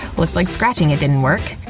looks like scratching it didn't work.